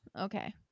Okay